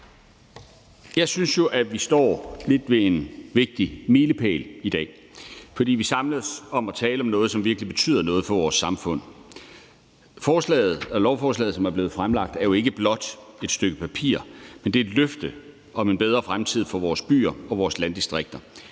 Jeg synes jo, at vi lidt står ved en vigtig milepæl i dag. For vi samles om at tale om noget, som virkelig betyder noget for vores samfund. Lovforslaget, som er blevet fremsat, er jo ikke blot et stykke papir, men et løfte om en bedre fremtid for vores byer og vores landdistrikter.